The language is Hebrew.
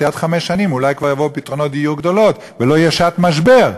עוד חמש שנים אולי כבר יבואו פתרונות דיור גדולים ולא תהיה שעת משבר,